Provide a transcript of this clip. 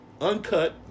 uncut